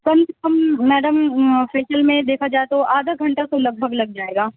کم سے کم madam facial میں دیکھا جائے تو آدھا گھنٹہ تو لگ بھگ لگ جائے گا